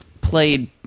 played